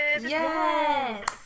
Yes